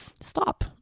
stop